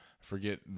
forget